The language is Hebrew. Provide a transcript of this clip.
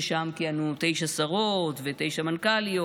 ששם כיהנו תשע שרות ותשע מנכ"ליות,